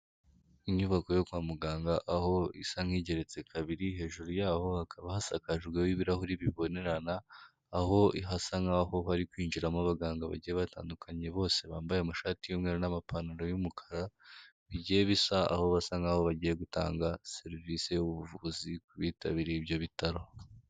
Inyubako yo kwa muganga aho isa nk'igeretse kabiri hejuru ya ho hakaba hasakajweho ibirahuri bibonerana aho ihasa nk'aho bari kwinjiramo abaganga bagiye batandukanye bose bambaye amashati y'umweru n'amapantaro y'umukara, bigiye bisa aho basa nk'aho bagiye gutanga service y'ubuvuzi ku bitabiriye ibyo bitaro.